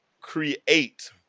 create